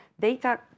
data